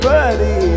Buddy